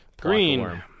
green